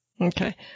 Okay